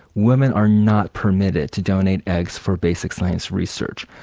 women are not permitted to donate eggs for basic science research.